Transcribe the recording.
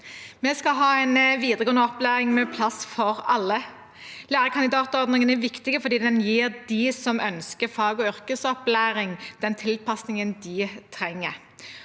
Vi skal ha en videregående opplæring med plass for alle. Lærekandidatordningen er viktig fordi den gir dem som ønsker fag- og yrkesopplæring, den tilpasningen de trenger